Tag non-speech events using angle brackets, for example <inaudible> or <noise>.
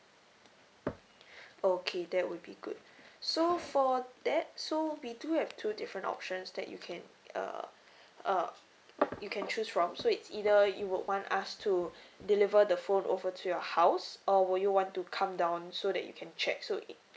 <noise> <breath> okay that would be good <breath> so <noise> for that so we do have two different options that you can uh uh <noise> you can choose from so it's either you would want us to <breath> deliver the phone over to your house or would you want to come down so that you can check so in